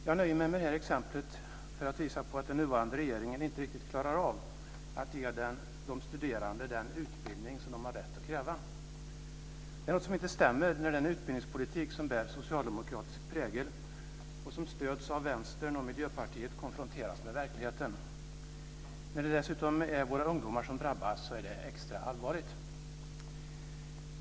Jag nöjer mig med det här exemplet för att visa på att den nuvarande regeringen inte riktigt klarar av att ge de studerande den utbildning som de har rätt att kräva. Det är något som inte stämmer när den utbildningspolitik som bär socialdemokratisk prägel och som stöds av Vänstern och Miljöpartiet konfronteras med verkligheten. När det dessutom är våra ungdomar som drabbas är det extra allvarligt.